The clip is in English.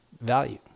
value